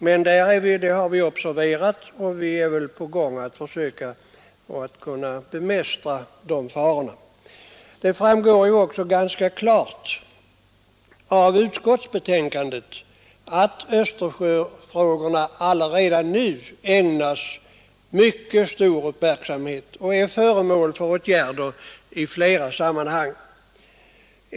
Den saken har vi dock observerat och är nu på gång med att försöka bemästra farorna. Som framgår av jordbruksutskottets betänkande ägnas också Östersjö frågorna nu mycket stor uppmärksamhet, och problemen är föremål för åtgärder i flera sammanhang.